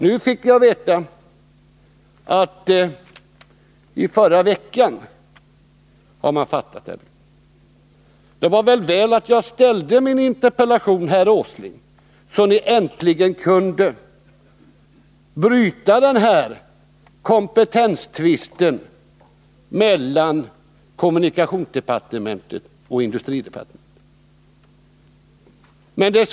Nu fick jag veta att man i förra veckan har fattat detta beslut. Det var ju väl att jag framställde min interpellation, herr Åsling, så att ni äntligen kunde bryta den här kompetenstvisten mellan kommunikationsdepartementet och industridepartementet.